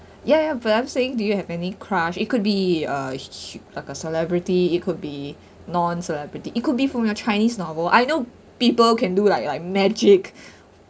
ya ya but I'm saying do you have any crush it could be a hu~ like a celebrity it could be non celebrity it could be from your chinese novel you know I know people can do like like magic